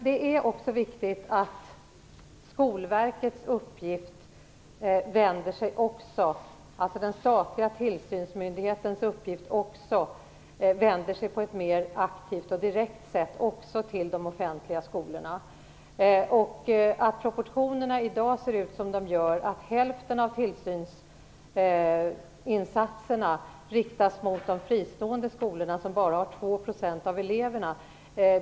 Det är också viktigt att Skolverkets, dvs. den statliga tillsynsmyndighetens, uppgift vänder sig på ett mer aktivt och direkt sätt till de offentliga skolorna. Vi menar att det är otillräckligt att proportionerna ser ut som de gör i dag, dvs. att hälften av tillsynsinsatserna riktas mot de fristående skolorna, som bara har två procent av eleverna.